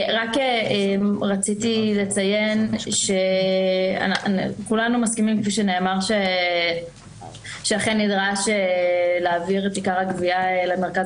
רציתי לציין שכולנו מסכימים שאכן נדרש להעביר את עיקר הגבייה למרכז